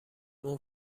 اون